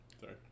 Sorry